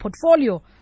portfolio